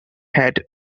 had